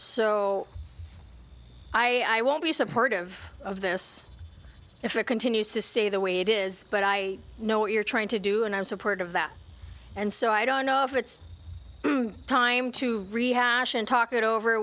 so i won't be supportive of this if it continues to stay the way it is but i know what you're trying to do and i'm support of that and so i don't know if it's time to rehash and talk it over